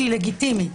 היא לגיטימית.